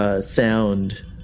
sound